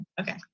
okay